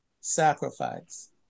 sacrifice